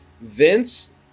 Vince